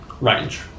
range